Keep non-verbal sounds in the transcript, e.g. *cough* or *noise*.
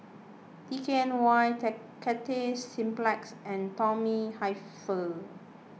D K N Y *unintelligible* Cathay Cineplex and Tommy Hilfiger